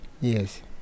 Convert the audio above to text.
yes